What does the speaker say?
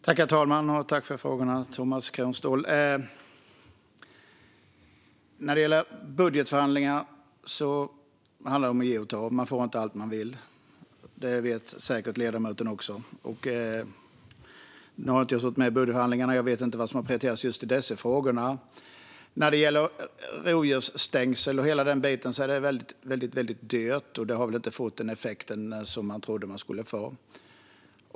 Herr talman! Tack för frågorna, Tomas Kronståhl! När det gäller budgetförhandlingar handlar det om att ge och ta. Man får inte allt man vill, och det vet säkert ledamoten också. Jag har inte suttit med i budgetförhandlingarna och vet inte vad som har prioriterats just i dessa frågor. Rovdjursstängsel och hela den biten är något som är väldigt dyrt. Dessutom har det väl inte fått den effekt som man trodde att det skulle få.